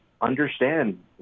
understand